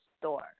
store